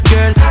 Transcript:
Girl